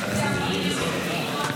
חבר הכנסת יבגני סובה,